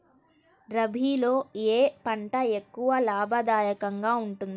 రబీలో ఏ పంట ఎక్కువ లాభదాయకంగా ఉంటుంది?